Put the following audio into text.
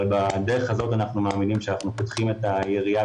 אבל בדרך הזאת אנחנו מאמינים שאנחנו פותחים את היריעה